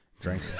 drank